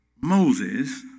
Moses